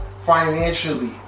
financially